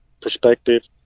perspective